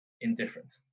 indifferent